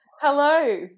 Hello